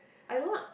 I don't lah